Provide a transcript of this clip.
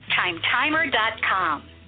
Timetimer.com